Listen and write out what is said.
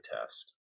test